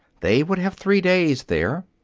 they would have three days there.